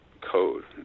code